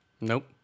Nope